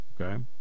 Okay